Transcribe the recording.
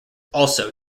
also